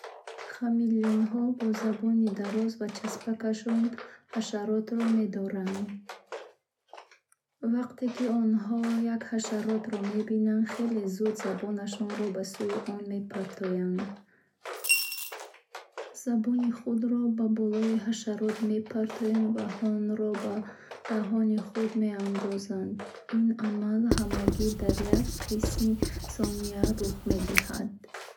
Хамелеонҳо бо забони дароз ва часпакашон ҳашаротро медоранд. Вақте ки онҳо як ҳашаротро мебинанд, хеле зуд забонашонро ба сӯи он мепартоянд. Забон ба бадан ё болҳои ҳашарот мечаспад ва онро ба даҳони хамелеон меорад. Ин амал ҳамагӣ дар як қисми сония рух медиҳад. Бо ҳамин роҳ, хамелеонҳо бомуваффақият шикор мекунанд.